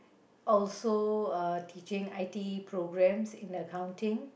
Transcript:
also uh teaching I_T programs in accounting